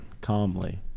Calmly